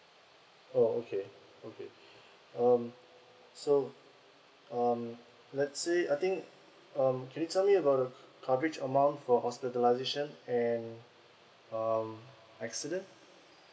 orh okay okay um so um let's say I think um can you tell me about the coverage amount for hospitalisation and um accident